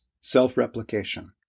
self-replication